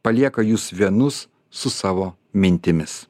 palieka jus vienus su savo mintimis